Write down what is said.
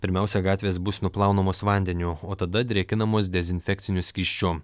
pirmiausia gatvės bus nuplaunamos vandeniu o tada drėkinamos dezinfekciniu skysčiu